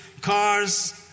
cars